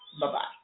Bye-bye